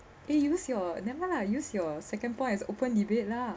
eh use your never mind lah use your second point as open debate lah